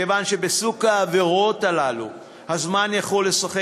כיוון שבסוג העבירות הללו הזמן יכול לשחק